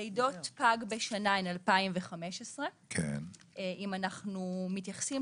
לידות פג בשנה הן 2,015. אם אנחנו מתייחסים